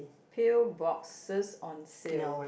pill boxes on sale